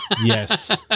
Yes